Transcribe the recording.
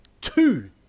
two